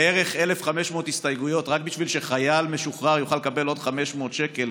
בערך 1,500 הסתייגויות רק בשביל שחייל משוחרר יוכל לקבל עוד 500 שקל,